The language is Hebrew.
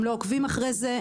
הם לא עוקבים אחרי זה,